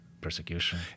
persecution